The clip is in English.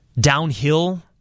downhill